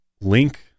link